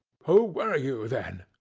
who were you then?